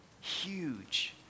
Huge